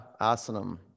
asanam